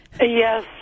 Yes